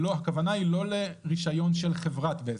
הכוונה היא לא לרישיון של חברת בזק.